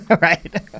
right